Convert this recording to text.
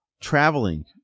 Traveling